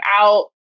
out